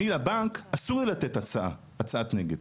אני, לבנק, אסור לי לתת הצעה, הצעת נגד.